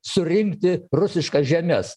surinkti rusiškas žemes